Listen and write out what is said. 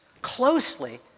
closely